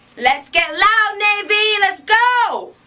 let's get loud, navy! let's go!